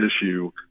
issue